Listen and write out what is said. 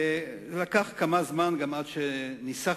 לקח כמה זמן עד שניסחנו,